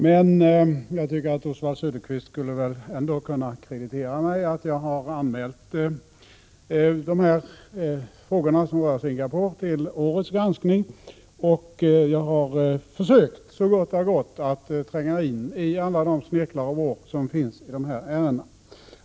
Men jag tycker att Oswald Söderqvist ändå skulle kunna kreditera mig för att jag har anmält frågan om Singapore till årets granskning och att jag, så gott det har varit möjligt, har försökt tränga in i alla de snirklar och vrår som finns i dessa ärenden.